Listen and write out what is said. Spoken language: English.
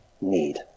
need